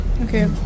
Okay